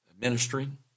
ministering